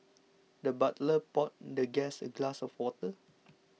the butler poured the guest a glass of water